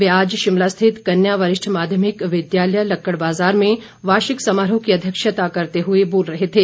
वे आज शिमला स्थित कन्या वरिष्ठ माध्यमिक विद्यालय लक्कड़ बाजार में वार्षिक समारोह की अध्यक्षता करते हुए बोल रहे थे